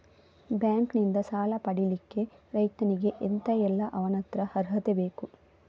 Bank ನಿಂದ ಸಾಲ ಪಡಿಲಿಕ್ಕೆ ರೈತನಿಗೆ ಎಂತ ಎಲ್ಲಾ ಅವನತ್ರ ಅರ್ಹತೆ ಬೇಕು?